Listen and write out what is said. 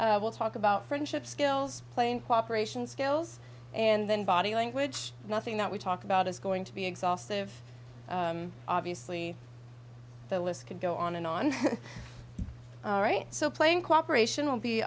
we'll talk about friendship skills plain cooperation skills and then body language nothing that we talk about is going to be exhaustive obviously the list could go on and on right so playing cooperation w